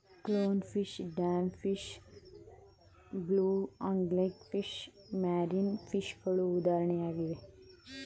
clown fish, damsel fish, blue angel fish, marine ಫಿಷಗಳು ಉದಾಹರಣೆಗಳಾಗಿವೆ